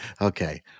Okay